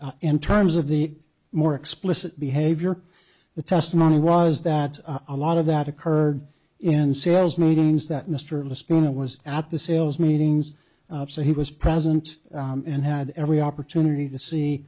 m in terms of the more explicit behavior the testimony was that a lot of that occurred in sales meetings that mr spooner was at the sales meetings so he was present and had every opportunity to